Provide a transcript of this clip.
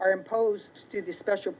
are imposed to the special